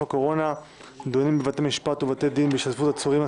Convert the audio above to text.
הקורונה החדש) (דיונים בבתי משפט ובבתי דין בהשתתפות עצורים,